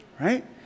right